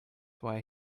why